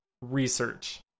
research